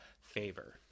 favor